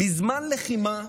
בזמן לחימה,